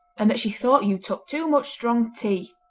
and that she thought you took too much strong tea.